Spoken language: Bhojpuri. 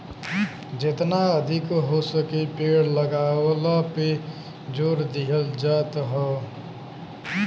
जेतना अधिका हो सके पेड़ लगावला पे जोर दिहल जात हौ